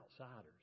outsiders